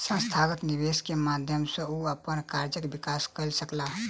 संस्थागत निवेश के माध्यम सॅ ओ अपन कार्यक विकास कय सकला